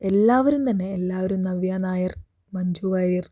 എല്ലാവരും തന്നെ എല്ലാവരും നവ്യ നായർ മഞ്ജു വാര്യർ